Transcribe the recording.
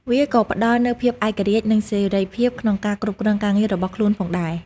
វាក៏ផ្តល់នូវភាពឯករាជ្យ និងសេរីភាពក្នុងការគ្រប់គ្រងការងាររបស់ខ្លួនផងដែរ។